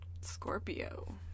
Scorpio